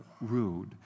rude